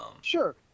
Sure